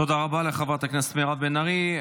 תודה רבה לחברת הכנסת מירב בן ארי.